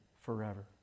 forever